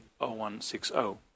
0160